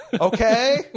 Okay